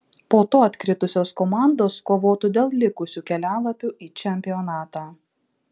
po to atkritusios komandos kovotų dėl likusių kelialapių į čempionatą